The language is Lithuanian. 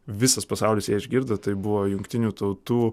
visas pasaulis ją išgirdo tai buvo jungtinių tautų